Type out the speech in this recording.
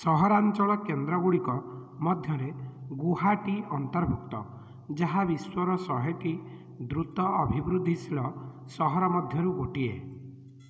ସହରାଞ୍ଚଳ କେନ୍ଦ୍ରଗୁଡ଼ିକ ମଧ୍ୟରେ ଗୁଆହାଟୀ ଅନ୍ତର୍ଭୁକ୍ତ ଯାହା ବିଶ୍ୱର ଶହେଟି ଦ୍ରୁତ ଅଭିବୃଦ୍ଧିଶୀଳ ସହର ମଧ୍ୟରୁ ଗୋଟିଏ